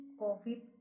COVID